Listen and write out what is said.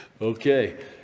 Okay